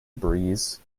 breeze